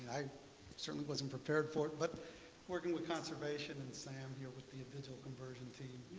i certainly wasn't prepared for it. but working with conservation and sam here with the digital conversion team.